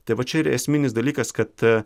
tai va čia ir esminis dalykas kad